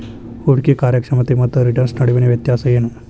ಹೂಡ್ಕಿ ಕಾರ್ಯಕ್ಷಮತೆ ಮತ್ತ ರಿಟರ್ನ್ ನಡುವಿನ್ ವ್ಯತ್ಯಾಸ ಏನು?